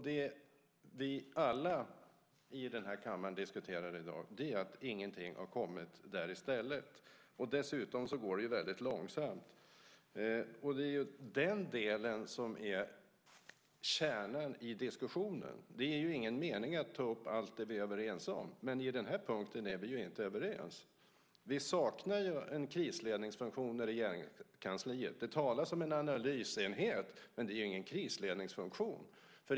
Det vi alla i den här kammaren diskuterar i dag är att ingenting har kommit där i stället. Dessutom går allt väldigt långsamt. Det är den delen som är kärnan i diskussionen. Det är ingen mening att ta upp allt det vi är överens om, men på den här punkten är vi ju inte överens. Vi saknar en krisledningsfunktion i Regeringskansliet. Det talas om en analysenhet, men det är ju ingen krisledningsfunktion.